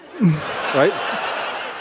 Right